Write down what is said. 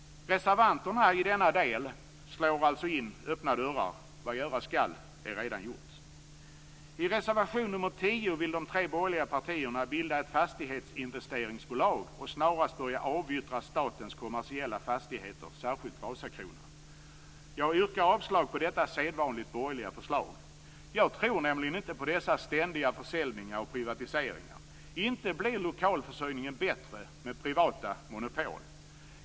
Reservanterna i denna del slår alltså in öppna dörrar. Vad göras skall är redan gjort. I reservation 10 vill de tre borgerliga partierna bilda ett fastighetsinvesteringsbolag och snarast börja avyttra statens kommersiella fastigheter, särskilt Vasakronan. Jag yrkar avslag på detta sedvanligt borgerliga förslag. Jag tror nämligen inte på dessas ständiga försäljningar och privatiseringar. Inte blir lokalförsörjningen bättre med privata monopol.